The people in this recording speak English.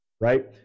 right